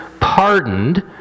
pardoned